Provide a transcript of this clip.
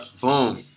Boom